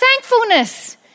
thankfulness